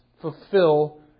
Fulfill